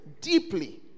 deeply